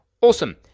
Awesome